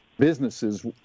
businesses